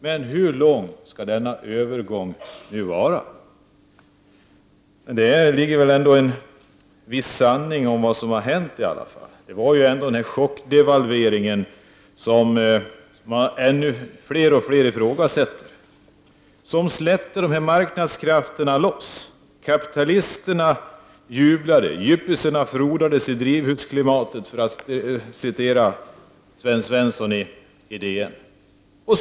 Men hur lång skall denna övergångstid vara? Man kan väl ändå dra vissa slutsatser av det som har hänt. Det var ju chockdevalveringen — som fler och fler ifrågasätter — som släppte loss marknadskrafterna. Kapitalisterna jublade, yuppisarna frodades i drivhusklimatet, som Sven Svensson skrev i DN.